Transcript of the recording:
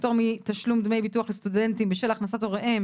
פטור מתשלום דמי ביטוח לסטודנטים בשל הכנסות הוריהם),